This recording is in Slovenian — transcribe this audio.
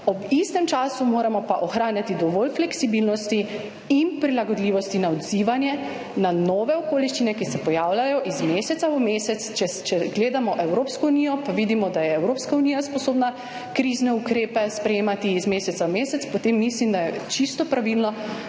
Ob istem času moramo pa ohranjati dovolj fleksibilnosti in prilagodljivosti na odzivanje na nove okoliščine, ki se pojavljajo iz meseca v mesec. Če gledamo Evropsko unijo, pa vidimo, da je Evropska unija sposobna krizne ukrepe sprejemati iz meseca v mesec, potem mislim, da je čisto pravilno,